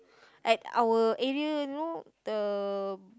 at our area you know the